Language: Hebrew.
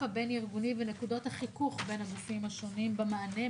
הבין-ארגוני ונקודות החיכוך בין הגופים השונים במענה,